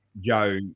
Joe